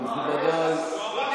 מכובדיי.